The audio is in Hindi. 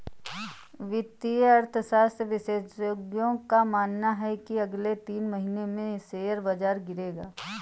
वित्तीय अर्थशास्त्र विशेषज्ञों का मानना है की अगले तीन महीने में शेयर बाजार गिरेगा